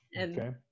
Okay